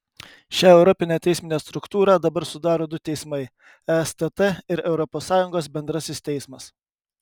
šią europinę teisminę struktūrą dabar sudaro du teismai estt ir europos sąjungos bendrasis teismas